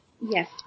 Yes